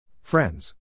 Friends